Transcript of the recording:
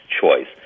choice